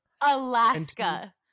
alaska